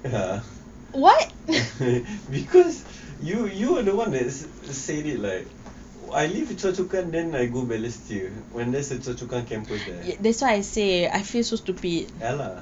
because you you don't want to said it like I live at choa chu kang then I go back to balestier when there's a choa chu kang campus there ya lah